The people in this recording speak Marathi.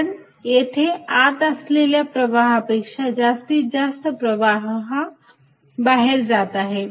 कारण येथे आत येत असलेल्या प्रवाहापेक्षा जास्तीत जास्त प्रवाह हा बाहेर जात आहे